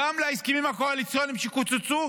אלא גם להסכמים הקואליציוניים שקוצצו,